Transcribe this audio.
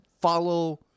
follow